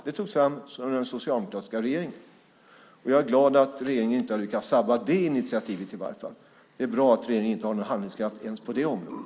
Det togs fram av den socialdemokratiska regeringen. Jag är glad att den här regeringen inte har lyckats sabba det initiativet i varje fall. Det är bra att regeringen inte har någon handlingskraft ens på det området.